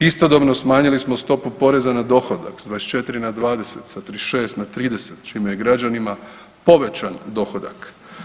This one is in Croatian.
Istodobno, smanjili smo stopu poreza na dohodak s 24, na 20, s 36 na 30, čime je građanima povećan dohodak.